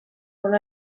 molt